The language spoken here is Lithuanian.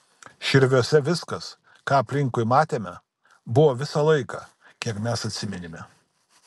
širviuose viskas ką aplinkui matėme buvo visą laiką kiek mes atsiminėme